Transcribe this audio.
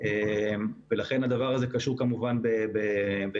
בפריפריה ולכן הדבר הזה קשור כמובן בסיכום